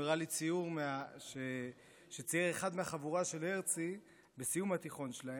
הוא הראה לי ציור שצייר אחד מהחבורה של הרצי בסיום התיכון שלהם,